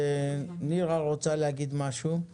נירה רוצה להגיד משהו.